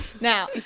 Now